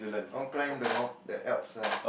I want climb the mount the Alps ah